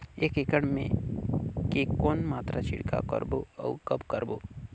एक एकड़ मे के कौन मात्रा छिड़काव करबो अउ कब करबो?